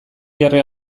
jarri